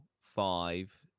five